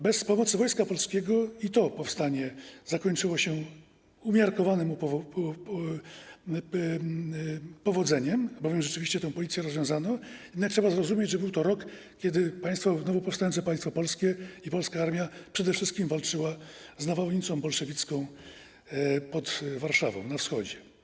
Bez pomocy Wojska Polskiego i to powstanie zakończyło się umiarkowanym powodzeniem, bo rzeczywiście tę policję rozwiązano, jednak trzeba zrozumieć, że był to rok, kiedy nowo powstające państwo polskie i polska armia przede wszystkim walczyły z nawałnicą bolszewicką pod Warszawą, na wschodzie.